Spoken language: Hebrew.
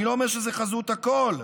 אני לא אומר שזו חזות הכול.